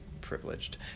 privileged